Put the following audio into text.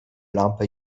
lampę